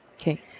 okay